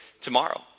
tomorrow